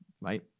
right